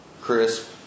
crisp